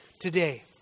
today